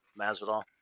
Masvidal